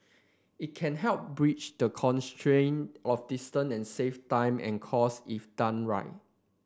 it can help bridge the constraint of distance and save time and cost if done right